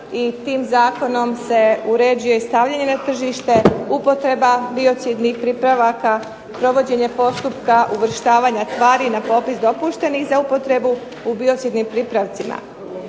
i tim zakonom se uređuje i stavljanje na tržište, upotreba biocidnih pripravaka, provođenje postupka uvrštavanja tvari na popis dopuštenih za upotrebu u biocidnim pripravcima.